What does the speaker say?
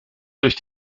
durch